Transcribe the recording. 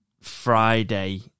Friday